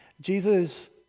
Jesus